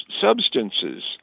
substances